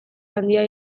handia